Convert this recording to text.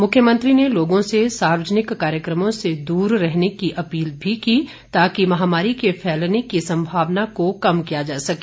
मुख्यमंत्री ने लोगों से सार्वजनिक कार्यक्रमों से दूर रहने की अपील भी की ताकि महामारी के फैलने की संभावना को कम किया जा सके